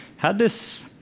had this,